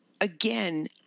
again